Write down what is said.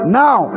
now